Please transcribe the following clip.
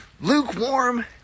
lukewarm